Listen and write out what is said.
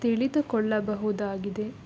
ತಿಳಿದುಕೊಳ್ಳಬಹುದಾಗಿದೆ